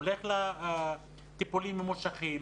הולך לטיפולים ממושכים,